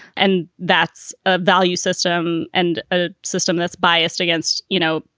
and that's a value system and a system that's biased against, you know,